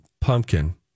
pumpkin